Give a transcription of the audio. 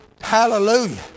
Hallelujah